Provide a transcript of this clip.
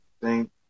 thank